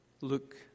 Look